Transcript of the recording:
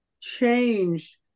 changed